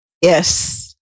Yes